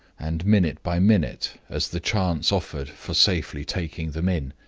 and minute by minute, as the chance offered for safely taking them in.